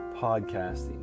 podcasting